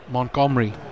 Montgomery